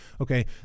Okay